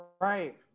Right